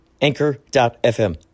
Anchor.fm